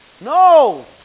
No